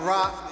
Rock